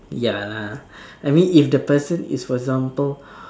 ya lah I mean if the person is for example